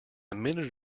minute